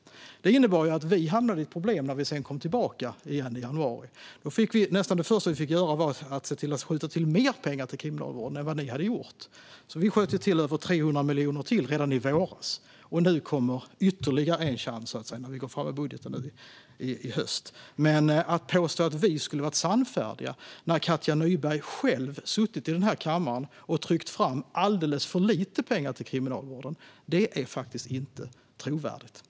Det innebar att vi hamnade i ett problem när vi sedan kom tillbaka igen i januari. Nästan det första vi fick göra var att se till att skjuta till mer pengar till Kriminalvården än vad ni hade gjort, Katja Nyberg. Vi sköt till över 300 miljoner redan i våras. Det kommer ytterligare en chans när vi går fram med budgeten nu i höst. Men att påstå att vi skulle ha varit senfärdiga när Katja Nyberg själv suttit i den här kammaren och tryckt fram alldeles för lite pengar till Kriminalvården är faktiskt inte trovärdigt.